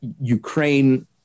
Ukraine